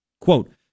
quote